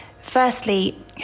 Firstly